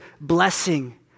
blessing